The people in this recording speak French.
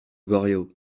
goriot